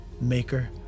maker